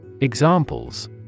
Examples